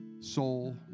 soul